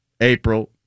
April